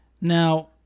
Now